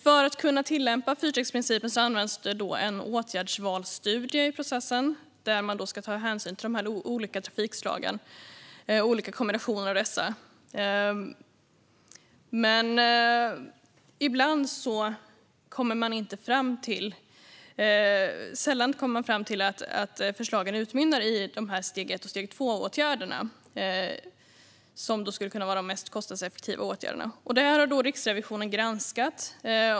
För att kunna tillämpa fyrstegsprincipen används en åtgärdsvalsstudie i processen som ska ta hänsyn till de olika trafikslagen och olika kombinationer av dessa. Men sällan kommer man fram till att förslagen utmynnar i steg 1 och steg 2-åtgärderna, som skulle kunna vara de mest kostnadseffektiva åtgärderna. Detta har Riksrevisionen granskat.